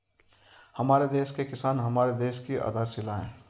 हमारे देश के किसान हमारे देश की आधारशिला है